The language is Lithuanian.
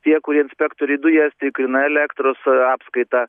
tie kurie inspektoriai dujas tikrina elektros apskaitą